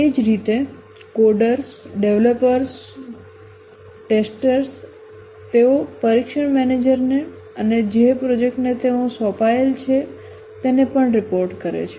તે જ રીતે કોડરો ડેવલપર્સ પરીક્ષકો તેઓ પરીક્ષણ મેનેજરને અને જે પ્રોજેક્ટને તેઓ સોંપાયેલ છે તેને પણ રિપોર્ટ કરે છે